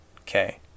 Okay